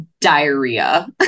diarrhea